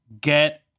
get